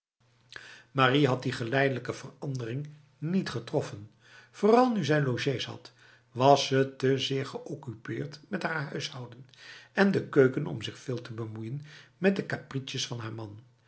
marie had die geleidelijke verandering niet getroffen vooral nu zij logés had was ze te zeer geoccupeerd met haar huishouden en de keuken om zich veel te bemoeien met de caprices van haar man